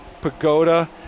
pagoda